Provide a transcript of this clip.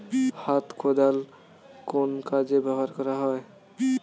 হাত কোদাল কোন কাজে ব্যবহার করা হয়?